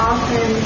Often